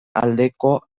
aldeko